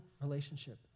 relationship